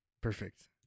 perfect